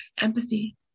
empathy